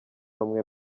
rumwe